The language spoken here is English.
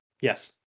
yes